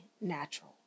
natural